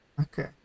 Okay